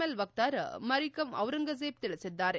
L ವಕ್ತಾರ ಮರಿಯಂ ಚಿರಂಗಜೇಬ್ ತಿಳಿಸಿದ್ದಾರೆ